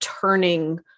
turning